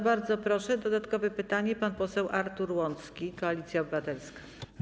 Bardzo proszę, dodatkowe pytanie zada pan poseł Artur Łącki, Koalicja Obywatelska.